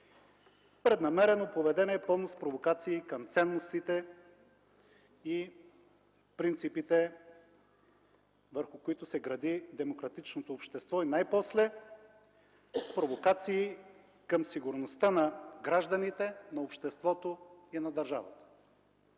преднамерено поведение, пълно с провокации към ценностите и принципите, върху които се гради демократичното общество, и най-после – провокации към сигурността на гражданите, на обществото и на държавата.